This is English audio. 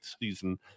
season